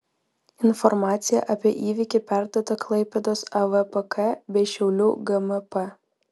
informacija apie įvykį perduota klaipėdos avpk bei šiaulių gmp